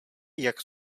jak